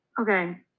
Okay